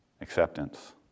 acceptance